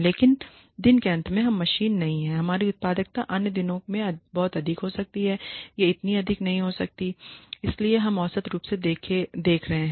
लेकिन दिन के अंत में हम में मशीन नहीं हैं हमारी उत्पादकता अन्य दिनों में बहुत अधिक होगी यह इतनी अधिक नहीं हो सकती है इसलिए हम औसत रूप से देख रहे हैं